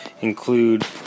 include